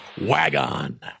Wagon